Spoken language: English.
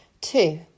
Two